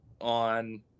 on